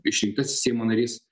išrinktasis seimo narys